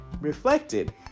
reflected